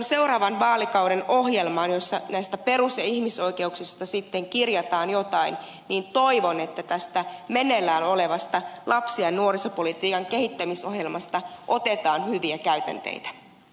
seuraavan vaalikauden ohjelmaan jossa näistä perus ja ihmisoikeuksista sitten kirjataan jotain toivon että tästä meneillään olevasta lapsi ja nuorisopolitiikan kehittämisohjelmasta otetaan hyviä käytänteitä